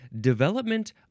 Development